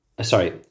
sorry